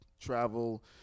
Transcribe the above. travel